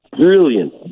brilliant